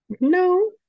no